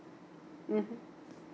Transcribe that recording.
mmhmm